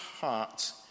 heart